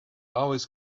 always